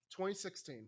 2016